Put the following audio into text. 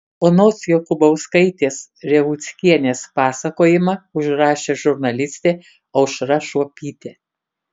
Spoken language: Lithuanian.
onos jakubauskaitės revuckienės pasakojimą užrašė žurnalistė aušra šuopytė